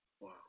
Wow